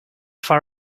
far